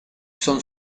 son